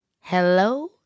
hello